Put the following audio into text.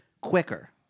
quicker